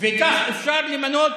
כך אפשר למנות